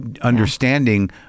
understanding